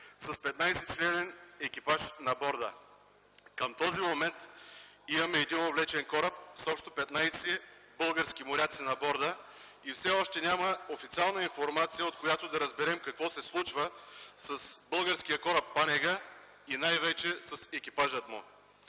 с 15-членен екипаж на борда. Към този момент имаме един отвлечен кораб с общо 15 български моряци на борда и все още няма официална информация, от която да разберем какво се случва с българския кораб „ПАНЕГА” и най-вече с екипажа му.